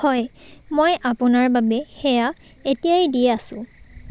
হয় মই আপোনাৰ বাবে সেয়া এতিয়াই দি আছোঁ